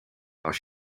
als